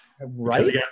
Right